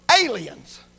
aliens